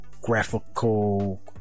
graphical